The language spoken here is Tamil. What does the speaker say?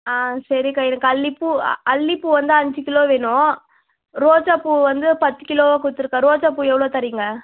ஆ சரிக்கா எனக்கு அல்லி பூ அல்லி பூ வந்து அஞ்சு கிலோ வேணும் ரோஜாப்பூ வந்து பத்து கிலோவாக கொடுத்துடுக்கா ரோஜாப்பூ எவ்வளோ தரீங்க